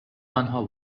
آنها